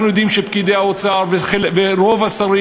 אנחנו יודעים שפקידי האוצר ורוב השרים